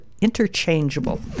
interchangeable